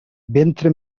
ventre